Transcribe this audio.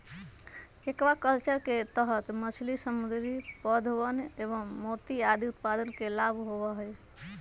aquaculture के तहद मछली, समुद्री पौधवन एवं मोती आदि उत्पादन के लाभ होबा हई